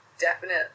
definite